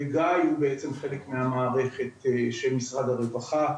גיא הוא בעצם חלק מהמערכת של משרד הרווחה,